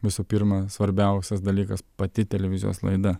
visų pirma svarbiausias dalykas pati televizijos laida